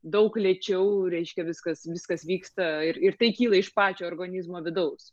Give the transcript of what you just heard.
daug lėčiau reiškia viskas viskas vyksta ir ir tai kyla iš pačio organizmo vidaus